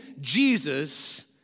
Jesus